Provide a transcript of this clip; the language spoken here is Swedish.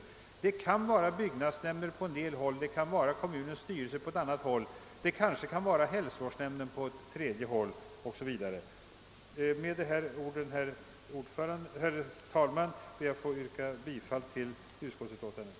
Det kan vara byggnadsnämnden på ett håll, kommunens styrelse på ett annat håll och kanske hälsovårdsnämnden på ett tredje håll. Med dessa ord ber jag, herr talman, att få yrka bifall till utskottets hemställan.